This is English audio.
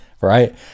right